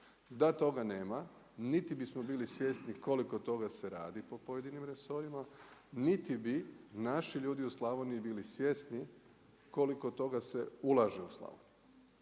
Da toga nema, niti bismo bili svjesni koliko toga se radi po pojedinim resorima, niti bi naši ljudi u Slavoniji bili svjesni koliko toga se ulaže u Slavoniju.